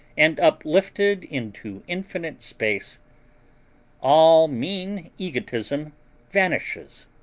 and uplifted into infinite space all mean egotism vanishes.